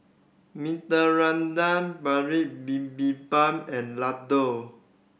Bibimbap and Ladoo